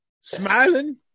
smiling